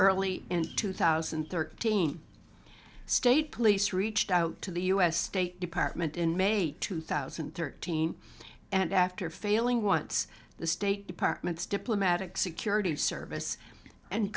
early in two thousand and thirteen state police reached out to the u s state department in may two thousand and thirteen and after failing once the state department's diplomatic security service and